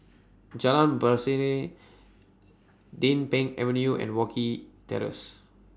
Jalan Pasiran Din Pang Avenue and Wilkie Terrace